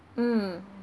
mm